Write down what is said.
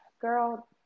girl